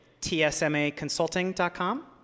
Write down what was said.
tsmaconsulting.com